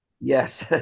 Yes